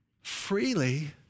freely